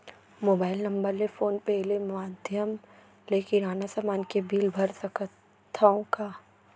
Mobile number ले phone पे ले माधयम ले किराना समान के बिल भर सकथव का?